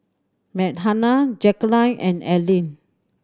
Meghann Jackeline and Aleen